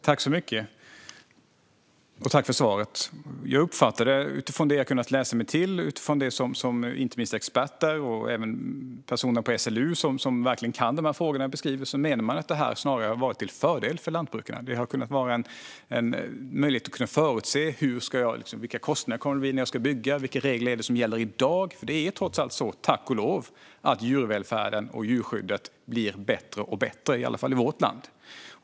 Fru talman! Tack för svaret! Utifrån det jag har kunnat läsa mig till och det som beskrivs inte minst av experter och personer på SLU, som verkligen kan dessa frågor, uppfattar jag att de menar att detta snarare har varit till fördel för lantbrukarna. Det har varit en möjlighet att förutse vilka kostnader det blir när de ska bygga och vilka regler som gäller i dag. Det är trots allt så, tack och lov, att djurvälfärden och djurskyddet blir bättre och bättre, i alla fall i vårt land.